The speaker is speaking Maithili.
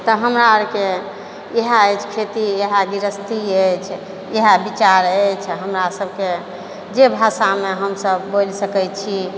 तऽ हमरा आरके इएहे अछि खेती इएहे गृहस्थी अछि इएहे विचार अछि हमरा सभके जे भाषामे हम सभ बोलि सकै छी